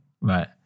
Right